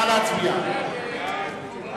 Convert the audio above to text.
הודעת ראש